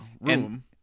room